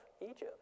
Egypt